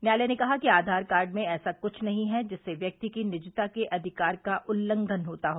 न्यायालय ने कहा कि आधार कार्ड में ऐसा कुछ नहीं है जिससे व्यक्ति की निजता के अधिकार का उल्लंघन होता हो